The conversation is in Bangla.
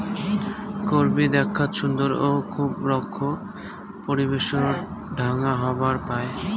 করবী দ্যাখ্যাত সুন্দর ও খুব রুক্ষ পরিবেশত ঢাঙ্গা হবার পায়